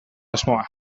asmoa